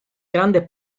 grande